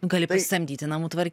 gali pasisamdyti namų tvar